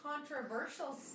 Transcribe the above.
Controversial